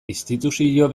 instituzio